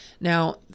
Now